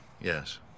yes